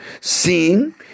seeing